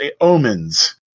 omens